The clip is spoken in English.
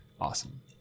awesome